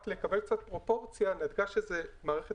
רק לקבל קצת פרופורציה בגלל שמערכת